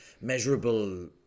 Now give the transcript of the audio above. measurable